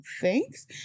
thanks